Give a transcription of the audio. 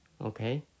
okay